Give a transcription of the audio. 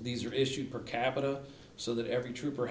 these are issued per capita so that every trooper